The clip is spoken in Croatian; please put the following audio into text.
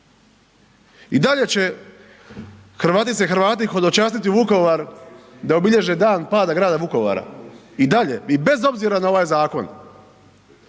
I dalje će Hrvatice i Hrvati hodočastiti u Vukovar da obilježe dan pada grada Vukovara i dalje i bez obzira na ovaj zakon.